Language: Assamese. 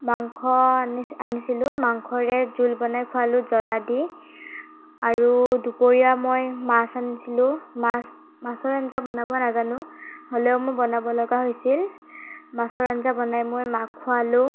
মাংস আনিছিলোঁ মাংসৰে জোল বনাই খুৱালোঁ জ্বলা দি আৰু দুপৰীয়া মই মাছ আনিছিলোঁ মাছৰ আঞ্জা বনাব নাজানোঁ হ'লেও মই বনাব লগা হৈছিল মাছৰ আঞ্জা বনাই মই মাক খুৱালোঁ